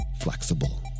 Flexible